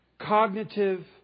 Cognitive